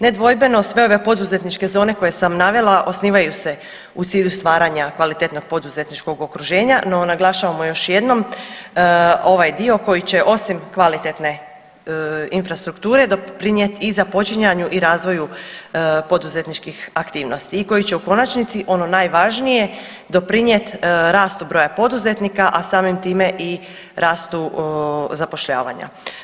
Nedvojbeno sve poduzetničke zone koje sam navela osnivaju se u cilju stvaranja kvalitetnog poduzetničkog okruženja no naglašavamo još jednom ovaj dio koji će osim kvalitetne infrastrukture doprinijeti i započinjanju i razvoju poduzetničkih aktivnosti i koji će u konačnici ono najvažnije doprinijet rastu broja poduzetnika, a samim time i rastu zapošljavanja.